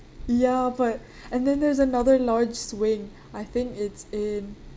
ya but and then there's another large swing I think it's in